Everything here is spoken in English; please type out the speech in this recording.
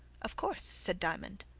of course, said diamond.